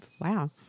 wow